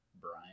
Brian